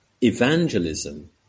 Evangelism